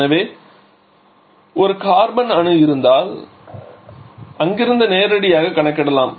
எனவே ஒரே ஒரு கார்பன் அணு இருப்பதால் அங்கிருந்து நேரடியாக கணக்கிடலாம்